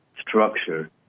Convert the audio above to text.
structure